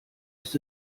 ist